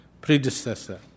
predecessor